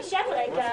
הוועדה.